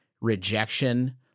rejection –